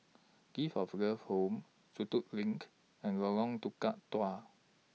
Gift of Love Home Sentul LINK and Lorong Tukang Dua